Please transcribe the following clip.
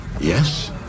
Yes